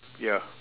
ya